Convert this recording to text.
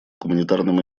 гуманитарным